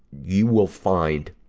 you will find,